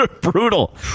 Brutal